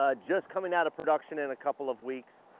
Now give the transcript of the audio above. ah just coming out of production in a couple of weeks.